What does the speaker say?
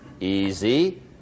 easy